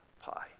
pie